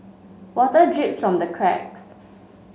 water drips from the cracks